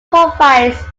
provides